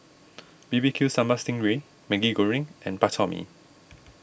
B B Q Sambal Sting Ray Maggi Goreng and Bak Chor Mee